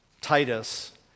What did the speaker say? Titus